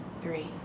three